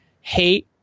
hate